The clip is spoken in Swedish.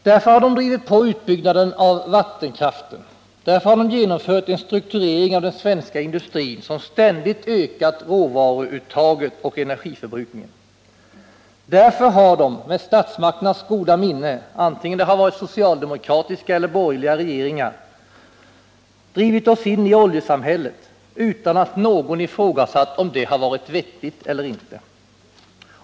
Därför har de drivit på utbyggnaden av vattenkraften, därför har de genomfört en strukturering av den svenska industrin som ständigt ökat råvaruuttaget och energiförbrukningen, därför har de, med statsmakternas goda minne, oavsett om det har varit socialdemokratiska eller borgerliga regeringar, drivit oss in i oljesamhället utan att någon ifrågasatt om det har varit vettigt eller inte.